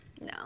no